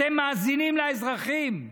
אתם מאזינים לאזרחים,